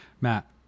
Matt